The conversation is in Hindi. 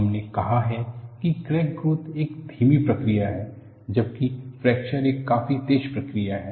हमने कहा है कि क्रैक ग्रोथ एक धीमी प्रक्रिया है जबकि फ्रैक्चर एक काफी तेज प्रक्रिया है